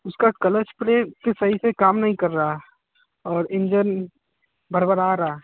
उसका clutch spray के सही से काम नहीं कर रहा और इंजन भरभरा रहा